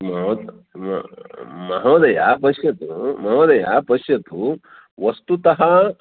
म म महोदया पश्यतु महोदया पश्यतु वस्तुतः